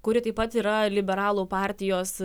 kuri taip pat yra liberalų partijos